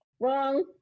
Wrong